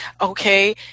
okay